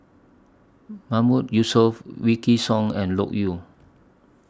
Mahmood Yusof Wykidd Song and Loke Yew